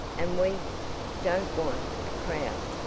and we don't want a crowd.